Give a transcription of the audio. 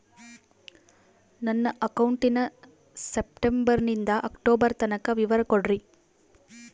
ನನ್ನ ಅಕೌಂಟಿನ ಸೆಪ್ಟೆಂಬರನಿಂದ ಅಕ್ಟೋಬರ್ ತನಕ ವಿವರ ಕೊಡ್ರಿ?